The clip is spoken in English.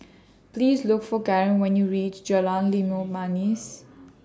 Please Look For Caren when YOU REACH Jalan Limau Manis